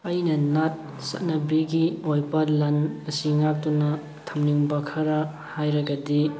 ꯑꯩꯅ ꯅꯥꯠ ꯆꯠꯅꯕꯤꯒꯤ ꯑꯣꯏꯕ ꯂꯟ ꯑꯁꯤ ꯉꯥꯛꯇꯨꯅ ꯊꯝꯅꯤꯡꯕ ꯈꯔ ꯍꯥꯏꯔꯒꯗꯤ